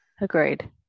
Agreed